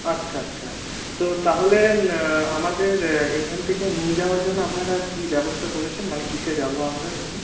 আচ্ছা আচ্ছা তো তাহলে আমাদের এইখান থেকে নিয়ে যাওয়ার জন্য আপনারা কি ব্যবস্থা করেছেন মানে কিসে যাব আমরা এমনি